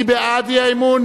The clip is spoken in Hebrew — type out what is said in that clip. מי בעד האי-אמון?